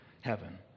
heaven